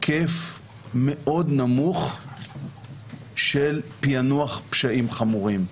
היקף מאוד נמוך של פענוח פשעים חמורים.